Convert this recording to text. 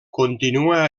continua